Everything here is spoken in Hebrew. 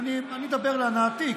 אני אדבר להנאתי,